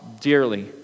dearly